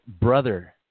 brother